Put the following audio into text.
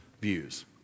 views